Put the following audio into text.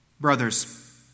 Brothers